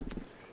10 נגד.